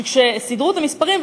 שכשסידרו את המספרים,